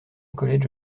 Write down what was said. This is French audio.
college